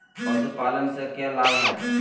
पशुपालन से के लाभ हय?